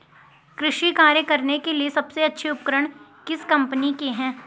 कृषि कार्य करने के लिए सबसे अच्छे उपकरण किस कंपनी के हैं?